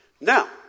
Now